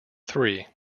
three